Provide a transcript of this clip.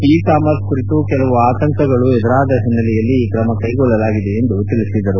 E commerce ಕುರಿತು ಕೆಲವು ಆತಂಕಗಳು ಎದುರಾದ ಒನ್ನೆಲೆಯಲ್ಲಿ ಈ ತ್ರಮ ಕೈಗೊಳ್ಳಲಾಗಿದೆ ಎಂದರು